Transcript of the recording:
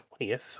20th